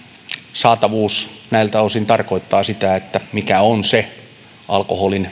saatavuus näiltä osin tarkoittaa sitä mikä on se alkoholin